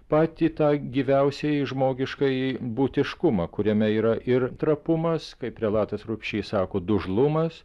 patį tą gyviausiąjį žmogiškąjį būtiškumą kuriame yra ir trapumas kaip prelatas rubšys sako dužlumas